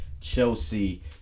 Chelsea